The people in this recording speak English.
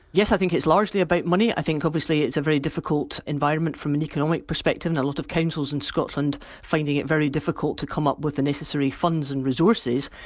yes, i think it's largely about money. i think obviously it's a very difficult environment from an economic perspective, and a lot of councils in scotland finding it very difficult to come up with the necessary funds and resources.